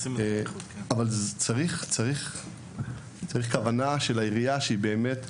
אבל צריך כוונה של העירייה שזה באמת יבוצע,